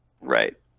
Right